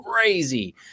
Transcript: crazy